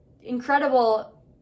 incredible